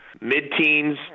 Mid-teens